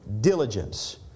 diligence